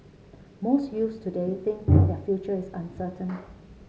most youths today think that their future is uncertain